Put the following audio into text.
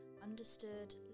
understood